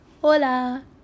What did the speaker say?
hola